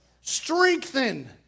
strengthen